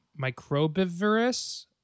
Microbivorous